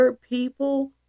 people